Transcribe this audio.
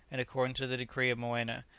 and according to the decree of moena,